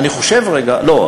לא,